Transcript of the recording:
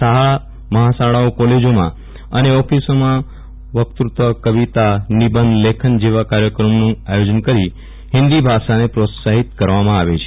શાળા મહાશાળાઓ કોલેજોમાં ઓફિસોમાં કવિતા વક્તવ્ય નિબંધ લેખન જેવા કાર્યક્રમોનું આયોજન કરી હિન્દી ભાષાને પ્રોત્સાહીત કરવામાં આવે છે